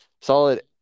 Solid